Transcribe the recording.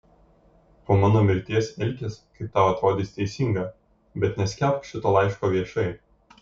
po mano mirties elkis kaip tau atrodys teisinga bet neskelbk šito laiško viešai